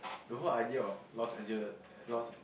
the whole idea of Los Angeles Los